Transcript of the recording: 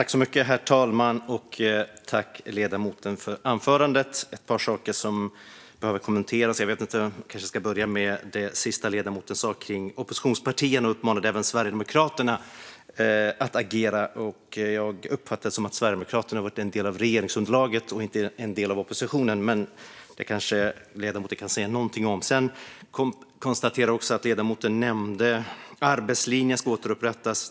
Herr talman! Jag tackar ledamoten för anförandet. Ett par saker behöver kommenteras. Jag kanske ska börja med det ledamoten sa på slutet om oppositionspartierna. Hon uppmanade även Sverigedemokraterna att agera. Jag uppfattar det som att Sverigedemokraterna har varit en del av regeringsunderlaget och inte en del av oppositionen. Men det kanske ledamoten kan säga någonting om. Jag konstaterar också att ledamoten nämnde att arbetslinjen ska återupprättas.